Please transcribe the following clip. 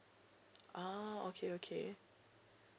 oh okay okay